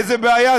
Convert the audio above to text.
איזה בעיה,